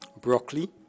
broccoli